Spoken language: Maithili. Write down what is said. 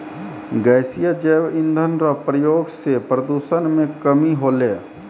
गैसीय जैव इंधन रो प्रयोग से प्रदूषण मे कमी होलै